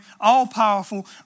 all-powerful